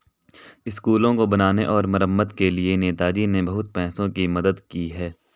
स्कूलों को बनाने और मरम्मत के लिए नेताजी ने बहुत पैसों की मदद की है